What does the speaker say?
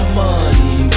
money